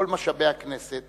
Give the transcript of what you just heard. כל משאבי הכנסת